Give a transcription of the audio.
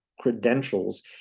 credentials